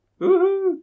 Woohoo